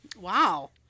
Wow